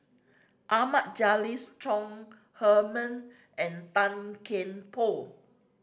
Ahmad Jais Chong Heman and Tan Kian Por